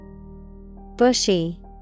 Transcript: Bushy